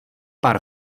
pár